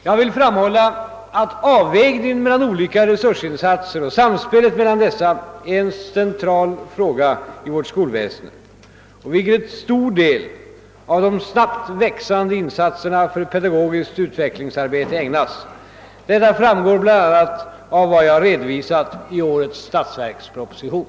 Jag vill framhålla, att avvägningen mellan olika resursinsatser och samspelet mellan dessa är en central fråga i vårt skolväsende, åt vilken en stor del av de snabbt växande insatserna för pedagogiskt utvecklingsarbete ägnas. Detta framgår bl.a. av vad jag redovisat i årets statsverksproposition.